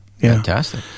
fantastic